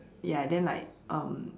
ya then like um